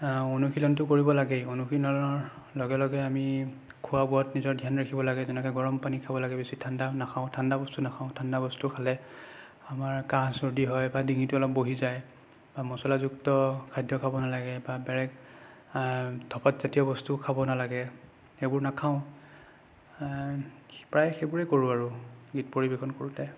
অনুশীলনটো কৰিব লাগে অনুশীলনৰ লগে লগে আমি খোৱা বোৱাত নিজৰ ধ্যান ৰাখিব লাগে যেনেকে গৰম পানী খাব লাগে বেছি ঠাণ্ডা নাখাওঁ ঠাণ্ডা বস্তু নাখাওঁ ঠাণ্ডা বস্তু খালে আমাৰ কাহ চৰ্দি হয় বা ডিঙিটো অলপ বহি যায় বা মচলাযুক্ত খাদ্য খাব নালাগে বা বেলেগ ধপাতজাতীয় বস্তুও খাব নালাগে সেইবোৰ নাখাওঁ প্ৰায় সেইবোৰে কৰোঁ আৰু গীত পৰিবেশন কৰোঁতে